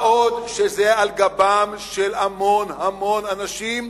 מה גם שזה על גבם של המון המון אנשים,